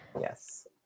yes